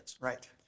Right